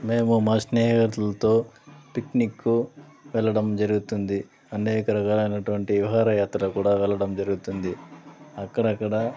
మేము మా స్నేహితుల్తో పిక్నిక్కు వెళ్ళడం జరుగుతుంది అనేక రకాలైనటువంటి విహార యాత్ర కూడా వెళ్ళడం జరుగుతుంది అక్కడక్కడ